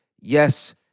yes